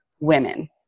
women